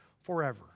forever